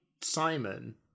Simon